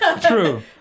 True